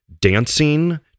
dancing